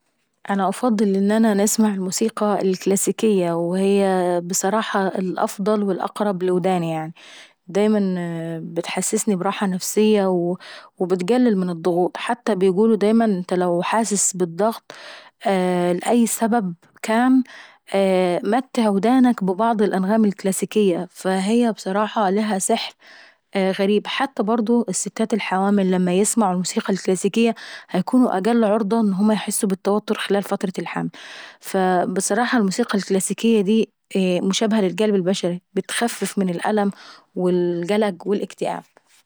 انا افضل ان انا نسمع الموسيقى الكلاسيكية وهي بصراحة الأفضل والاقر لوداني يعني. دايما بتحسسني براحة نفسية وتقلل من الشغوط. حتى دايما بيقولوا لو انتى حاسس بضغط لاي سبب كان متع ودانك ببعض الانغام الكلاسيكية فهي بصراحة ليها سحر غريب. دا حتى الحوامل لما يسمعوا الموسيقى الكلاسيكية بيكونوا اقل عرضة ان هما يحسوا بالتوتر خلال فترة الحمل. بصراحة الموسيقى الكلاسيكية داي مشابهة للقلب البشري، بتخفف من القلق والالم والاكتئاب.